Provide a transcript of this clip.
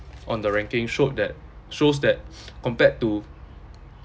on the ranking showed that shows that compared to